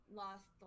lost